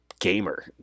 gamer